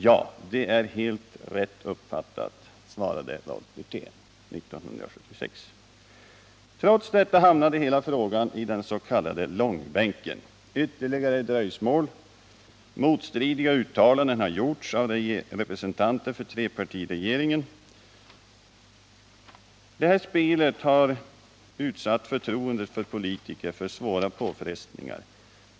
—- Ja, det är helt rätt uppfattat”, svarade Rolf Wirtén 1976. Trots detta hamnade hela frågan i den s.k. långbänken. Ytterligare dröjsmål uppkom, och motstridiga uttalanden har gjorts av representanter för trepartiregeringen. Det här spelet har utsatt förtroendet för politiker för svåra påfrestningar.